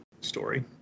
story